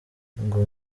ngo